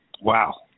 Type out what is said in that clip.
Wow